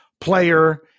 player